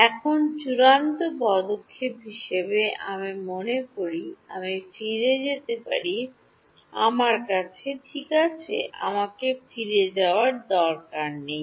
এখন চূড়ান্ত পদক্ষেপ হিসাবে আমি মনে করি আমি ফিরে যেতে পারি আমার কাছে ঠিক আছে আমাকে ফিরে যাওয়ার দরকার নেই